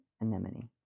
Anemone